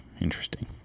Interesting